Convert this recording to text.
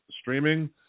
streaming